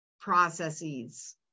processes